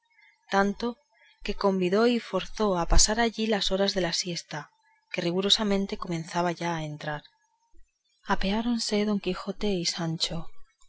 tanto que convidó y forzó a pasar allí las horas de la siesta que rigurosamente comenzaba ya a entrar apeáronse don quijote y sancho